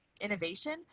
innovation